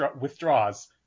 withdraws